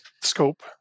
scope